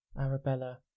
Arabella